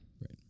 Right